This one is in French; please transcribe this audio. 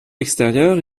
extérieure